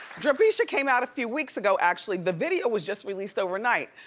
dripeesha came out a few weeks ago actually. the video was just released overnight.